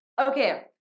Okay